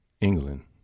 England